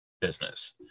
business